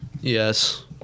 Yes